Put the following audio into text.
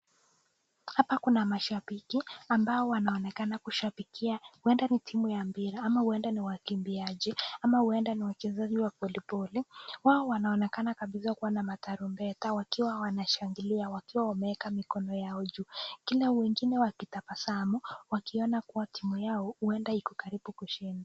Hapa kuna mashabiki ambao wanaonekana kushabikia huenda ni timu ya mpira ama huenda ni wakimbiaji ama huenda ni wachezaji wa voliboli. Wao wanaonekana kabisa kuwa na tarumbeta wakiwa wanashangilia wakiwa wameweka mikono yao juu. Kila wengine wakitabasamu wakiona kuwa timu yao huenda iko karibu kushinda.